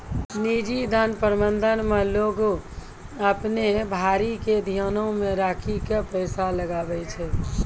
निजी धन प्रबंधन मे लोगें अपनो भारो के ध्यानो मे राखि के पैसा लगाबै छै